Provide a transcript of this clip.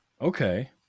Okay